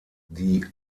die